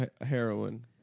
heroin